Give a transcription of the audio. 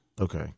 okay